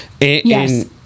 Yes